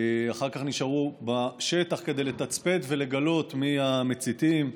ואחר כך נשארו בשטח כדי לתצפת ולגלות מי המציתים,